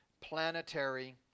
planetary